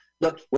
Look